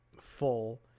full